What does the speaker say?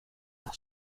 are